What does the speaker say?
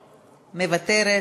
מוותרת,